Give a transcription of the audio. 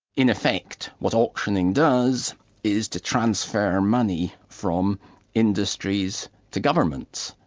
in effect what auctioning does is to transfer money from industries to governments,